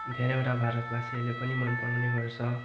धेरैवटा भारतवासीहरबले पनि मन पराउने गर्स